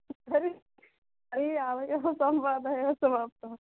तर्हि तर्हि आवयोः संवादः एव समाप्तः